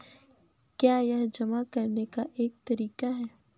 क्या यह जमा करने का एक तरीका है?